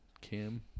Kim